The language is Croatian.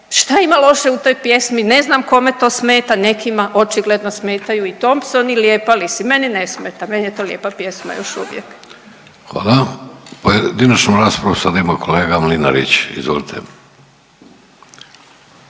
šta ima loše u toj pjesmi, ne znam kome to smeta, nekima očigledno smetaju i Thompson i Lijepa li si. Meni ne smeta, meni je to lijepa pjesma još uvijek. **Vidović, Davorko (Socijaldemokrati)** Hvala. Pojedinačnu raspravu sada ima kolega Mlinarić, izvolite.